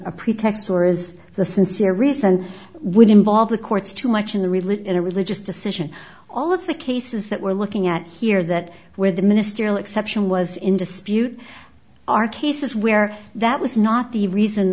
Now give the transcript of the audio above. a pretext or is the sincere reason would involve the courts too much in the religion in a religious decision all of the cases that we're looking at here that where the ministerial exception was in dispute are cases where that was not the reason